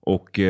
Och